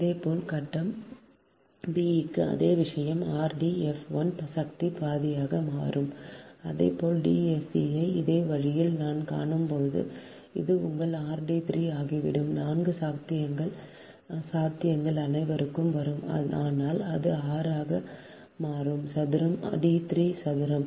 இதேபோல் கட்டம் b க்கு அதே விஷயம் rDF1 சக்தி பாதியாக வரும் அதேபோல் D sc ஐ இதே வழியில் நாம் காணும் போது அது உங்கள் rd3 ஆகிவிடும் 4 சாத்தியங்கள் அனைத்தும் வரும் ஆனால் அது r ஆக மாறும் சதுரம் d3 சதுரம்